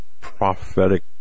prophetic